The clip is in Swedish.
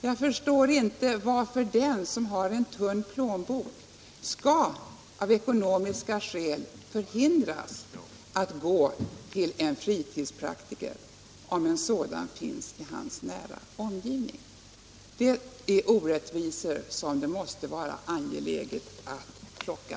Jag förstår inte varför den som har en tunn plånbok av ekonomiska skäl skall förhindras att gå till en privatpraktiker. Det måste vara angeläget att plocka bort sådana orättvisor.